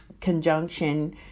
conjunction